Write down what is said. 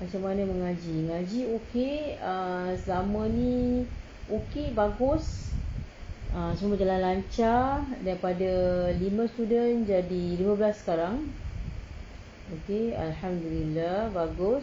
macam mana mengaji ngaji okay err selama ni okay bagus err semua jalan lancar daripada lima student jadi lima belas sekarang okay alhamdulillah bagus